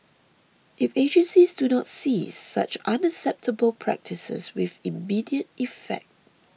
if agencies do not cease such unacceptable practices with immediate effect